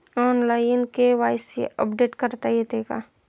Online KYC update करता येते का?